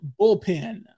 bullpen